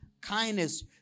Kindness